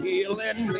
Healing